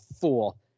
fool